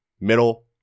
middle